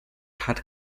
had